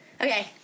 Okay